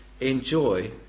enjoy